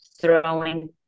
throwing